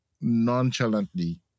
nonchalantly